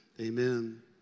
amen